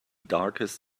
darkest